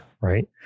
right